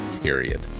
period